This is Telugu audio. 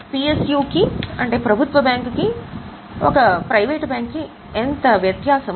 నేను వ్యత్యాసం చూపించడానికి ప్రయత్నిస్తున్నాను